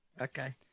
Okay